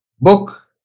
book